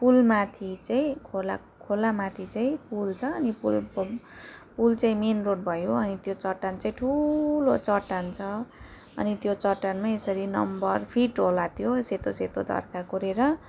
पुलमाथि चाहिँ खोला खोलामाथि चाहिँ पुल छ अनि पुल पुल चाहिँ मेन रोड भयो अनि त्यो चट्टान चाहिँ ठुलो चट्टान छ अनि त्यो चट्टानमा यसरी नम्बर फिट होला त्यो सेतो सेतो धर्का कोरेर